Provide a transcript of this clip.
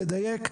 לדייק,